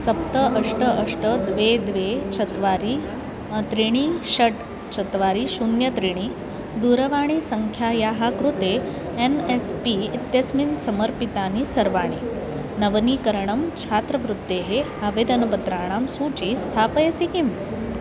सप्त अष्ट अष्ट द्वे द्वे चत्वारि त्रीणि षट् चत्वारि शून्यं त्रीणि दूरवाणीसङ्ख्यायाः कृते एन् एस् पी इत्यस्मिन् समर्पितानि सर्वाणि नवीकरणछात्रवृत्तेः आवेदनपत्राणां सूचीं स्थापयसि किम्